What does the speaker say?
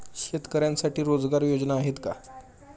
शेतकऱ्यांसाठी रोजगार योजना आहेत का?